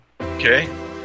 okay